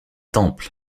temple